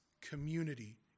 community